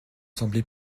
sembler